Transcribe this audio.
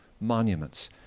monuments